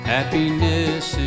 Happiness